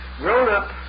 Grown-up